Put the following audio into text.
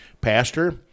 Pastor